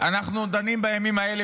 אנחנו דנים בימים האלה,